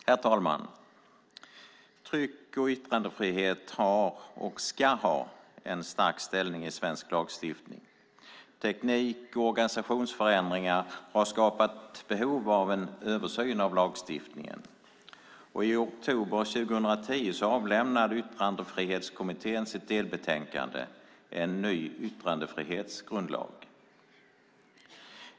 Herr talman! Tryck och yttrandefrihet har och ska ha en stark ställning i svensk lagstiftning. Teknik och organisationsförändringar har skapat ett behov av översyn av lagstiftningen. I oktober 2010 avlämnade Yttrandefrihetskommittén sitt delbetänkande Ny yttrandefrihetsgrundlag ?